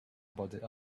about